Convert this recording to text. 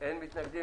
תיקון סעיף 5?